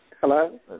Hello